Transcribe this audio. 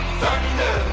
Thunder